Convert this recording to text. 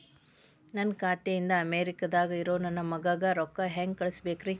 ನನ್ನ ಖಾತೆ ಇಂದ ಅಮೇರಿಕಾದಾಗ್ ಇರೋ ನನ್ನ ಮಗಗ ರೊಕ್ಕ ಹೆಂಗ್ ಕಳಸಬೇಕ್ರಿ?